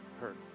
hurt